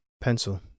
pencil